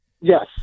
Yes